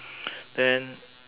then